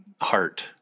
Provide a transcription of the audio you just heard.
heart